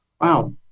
wow